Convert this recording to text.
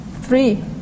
Three